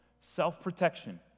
Self-protection